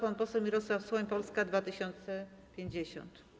Pan poseł Mirosław Suchoń, Polska 2050.